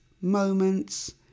moments